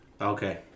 Okay